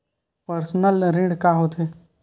Personal ऋण का होथे?